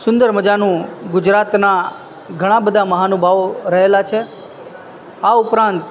સુંદર મજાનું ગુજરાતના ઘણા બધા મહાનુભાવો રહેલા છે આ ઉપરાંત